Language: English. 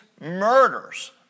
murders